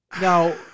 now